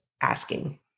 asking